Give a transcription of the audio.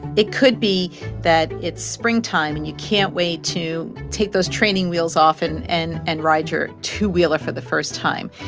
it could be that it's springtime, and you can't wait to take those training wheels off and and and ride your two-wheeler for the first time.